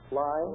Fly